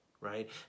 Right